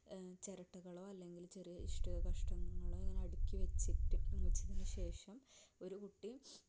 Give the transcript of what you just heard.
ചിരട്ടകളോ അല്ലെങ്കിൽ ചെറിയ ഇഷ്ട്ടിക കഷ്ണങ്ങളോ ഇങ്ങനെ അടുക്കി വെച്ചിട്ട് വെച്ചതിനുശേഷം ഒരു കുട്ടി